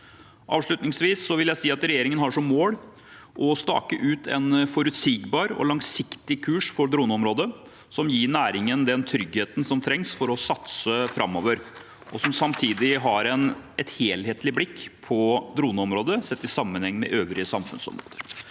Avslutningsvis vil jeg si at regjeringen har som mål å stake ut en forutsigbar og langsiktig kurs for droneområdet som gir næringen den tryggheten som trengs for å satse framover, og som samtidig har et helhetlig blikk på droneområdet sett i sammenheng med øvrige samfunnsområder.